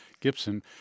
Gibson